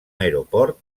aeroport